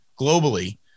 globally